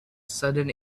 sudden